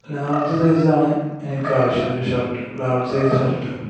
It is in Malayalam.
ലാർജ് സൈസാണ് എനിക്ക് ആവശ്യം ഒരു ഷർട്ട് ലാർജ് സൈസ് ഷർട്ട്